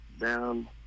down